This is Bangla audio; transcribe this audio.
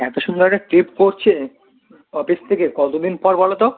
এতো সুন্দর একটা ট্রিপ করছে অফিস থেকে কতদিন পর বলো তো